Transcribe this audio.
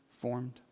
formed